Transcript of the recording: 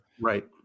right